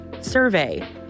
survey